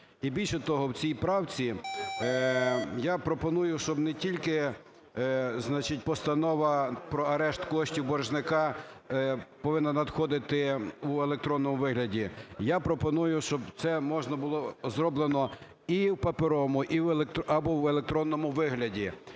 І більше того, в цій правці я пропоную, щоб не тільки, значить, постанова про арешт коштів боржника повинна надходити у електронному вигляді, я пропоную, щоб це можна було… зроблено і в паперовому і в… або в електронному вигляді.